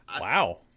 Wow